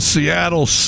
Seattle